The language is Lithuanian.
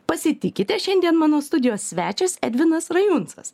pasitikite šiandien mano studijos svečias edvinas rajuncas